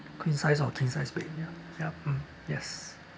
queen size or king size bed ya ya mm yes